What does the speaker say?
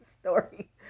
story